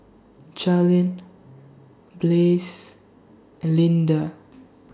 Charline Blaze and Lynda